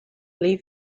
leave